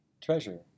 Treasure